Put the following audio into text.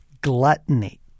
gluttony